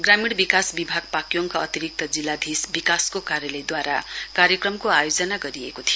ग्रामीण विकास विभाग पाक्योङका अतिरिक्त जिल्लाधीश विकासको कार्यालयद्वारा कार्यक्रमको आयोजना गरिएको थियो